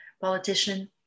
politician